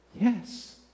Yes